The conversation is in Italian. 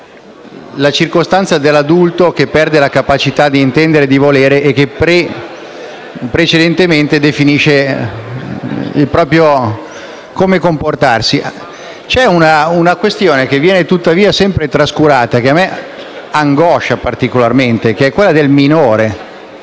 la circostanza dell'adulto che perde la capacità d'intendere e di volere e che precedentemente definisce come comportarsi. Vi è tuttavia una questione che viene sempre trascurata e che mi angoscia particolarmente: quella del minore.